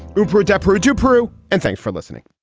cooper adepero to peru and thanks for listening